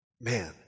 Man